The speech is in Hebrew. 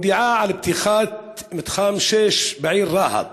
מודיעה על פתיחת מתחם 6 בעיר רהט,